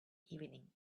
evening